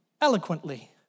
eloquently